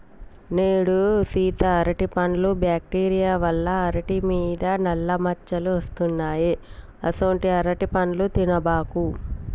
నేడు సీత అరటిపండ్లు బ్యాక్టీరియా వల్ల అరిటి మీద నల్ల మచ్చలు వస్తున్నాయి అసొంటీ అరటిపండ్లు తినబాకు